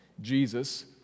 Jesus